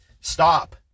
stop